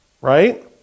right